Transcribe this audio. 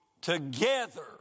together